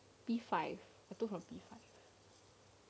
P five I took from P five